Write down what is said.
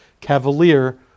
cavalier